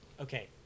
Okay